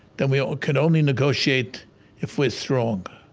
then we can only negotiate if we're strong.